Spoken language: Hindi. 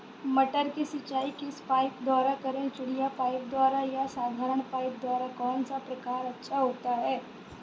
मटर की सिंचाई किस पाइप द्वारा करें चिड़िया पाइप द्वारा या साधारण पाइप द्वारा कौन सा प्रकार अच्छा होता है?